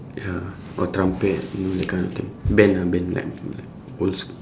ya or trumpet you know that kind of thing band ah band like like old school